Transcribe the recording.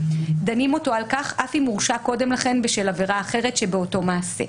דנים אותו על כך אף אם הורשע קודם לכן בשל עבירה אחרת שבאותו מעשה".